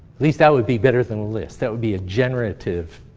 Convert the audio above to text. least that would be better than a list. that would be a generative